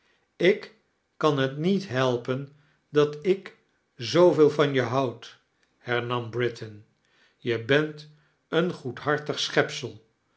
ik kan het niet helpen dat ik zooveel ran je houd heirnam britain je bent een goedhartig schepsed